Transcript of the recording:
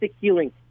healing